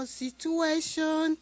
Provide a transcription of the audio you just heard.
situation